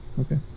okay